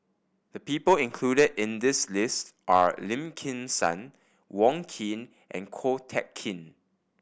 the people included in this list are Lim Kim San Wong Keen and Ko Teck Kin